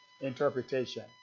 interpretation